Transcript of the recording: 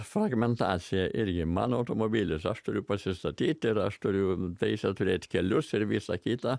fragmentacija irgi mano automobilis aš turiu pasistatyt ir aš turiu teisę turėt kelius ir visa kita